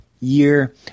year